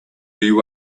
you